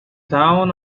town